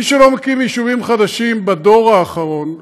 מי שלא מקים יישובים חדשים בדור האחרון,